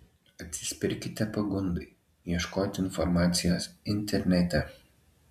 atsispirkite pagundai ieškoti informacijos internete